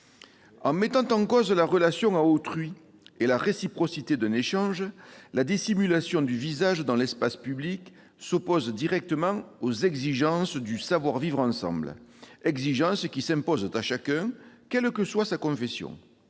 En mettant en cause la relation à autrui et la réciprocité d'un échange, la dissimulation du visage dans l'espace public s'oppose directement aux exigences du « savoir vivre ensemble », exigences qui s'imposent à chacun, quelle que soit sa confession.